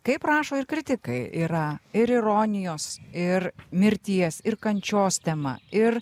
kaip rašo ir kritikai yra ir ironijos ir mirties ir kančios tema ir